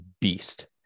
beast